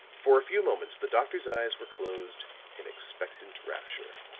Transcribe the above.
for a few moments the doctor's eyes were closed in expectant rapture